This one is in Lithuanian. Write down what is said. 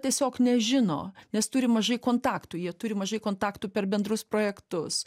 tiesiog nežino nes turi mažai kontaktų jie turi mažai kontaktų per bendrus projektus